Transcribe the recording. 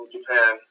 Japan